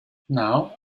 now